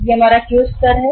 यह हमारा Qस्तर है